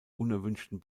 unerwünschten